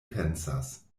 pensas